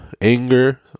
anger